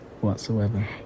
whatsoever